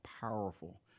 powerful